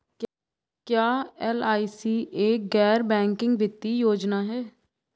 क्या एल.आई.सी एक गैर बैंकिंग वित्तीय योजना है?